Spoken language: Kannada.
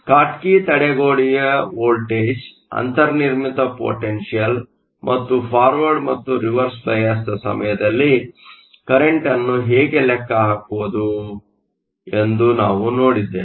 ಸ್ಕಾಟ್ಕಿ ತಡೆಗೊಡೆಯ ವೋಲ್ಟೇಜ್ ಅಂತರ್ನಿರ್ಮಿತ ಪೊಟೆನ್ಷಿಯಲ್ ಮತ್ತು ಫಾರ್ವರ್ಡ್ ಮತ್ತು ರಿವರ್ಸ್ ಬಯಾಸ್Reverse biasನ ಸಮಯದಲ್ಲಿ ಕರೆಂಟ್ ಅನ್ನು ಹೇಗೆ ಲೆಕ್ಕ ಹಾಕುವುದು ಎಂದು ನಾವು ನೋಡಿದ್ದೇವೆ